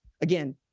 again